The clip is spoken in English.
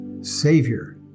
savior